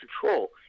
control